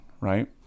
right